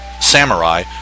samurai